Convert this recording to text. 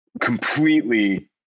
completely